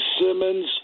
Simmons